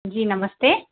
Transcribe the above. जी नमस्ते